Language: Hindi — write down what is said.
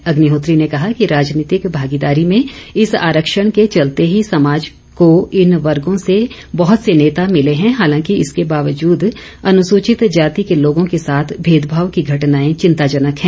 अग्निहोत्री ने कहा कि राजनीतिक भागीदारी में इस आरक्षण के चलते ही समाज को इन वर्गों से बहत से नेता मिले हैं हालांकि इसके बावजूद अनुसूचित जाति के लोगों के साथ भेदभाव की घटनाएं चिंता जनक हैं